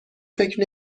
فکر